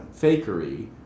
fakery